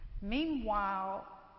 Meanwhile